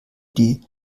die